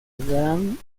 gran